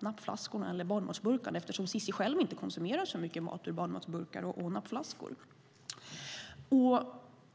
nappflaskorna eller barnmatsburkarna, eftersom Cissi själv inte konsumerar så mycket mat ur barnmatsburkar och nappflaskor.